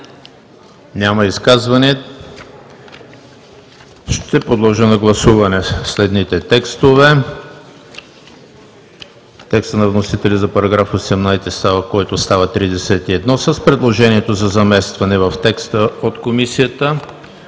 Няма изказвания. Ще подложа на гласуване следните текстове: текста на вносителя за § 18, който става § 31 с предложението за заместване в текста от Комисията;